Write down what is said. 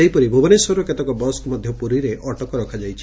ସେହିପରି ଭୁବନେଶ୍ୱରର କେତେକ ବସ୍କୁ ମଧ୍ଧ ପୁରୀରେ ଅଟକ ରଖାଯାଇଛି